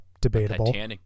debatable